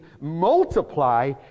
multiply